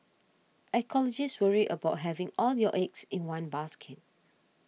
ecologists worry about having all your eggs in one basket